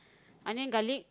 onion garlic